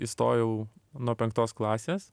įstojau nuo penktos klasės